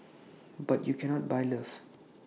but you cannot buy love